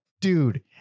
dude